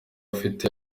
afite